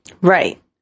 Right